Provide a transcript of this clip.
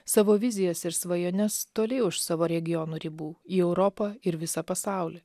savo vizijas ir svajones toli už savo regionų ribų į europą ir visą pasaulį